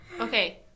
Okay